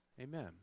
amen